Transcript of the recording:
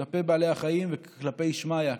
כלפי בעלי החיים וכלפי שמיא,